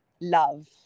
love